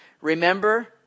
remember